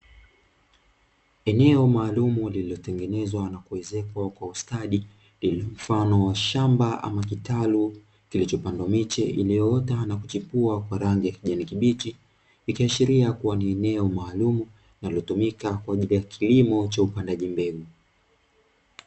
Eneo maalumu lililotengenezwa na kuezekwa kwa ustadi iliyo mfano wa shamba ama kitalu, kilichopandwa miche iliyoota na kuchipua kwa rangi ya kijani kibichi, ikiashiria kuwa ni eneo maalumu linalotumika kwa ajili ya kilimo cha upandaji mbegu.